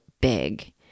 big